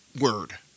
word